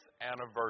anniversary